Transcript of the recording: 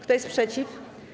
Kto jest przeciw?